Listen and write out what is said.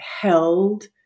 held